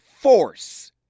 force